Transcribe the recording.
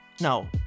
No